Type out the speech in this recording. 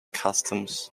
customs